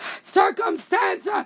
circumstance